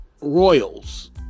Royals